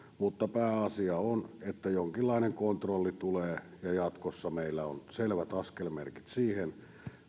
mutta pääasia on että jonkinlainen kontrolli tulee ja jatkossa meillä on selvät askelmerkit siihen